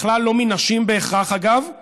בכלל לא מנשים בהכרח, אגב,